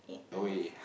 away